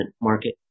market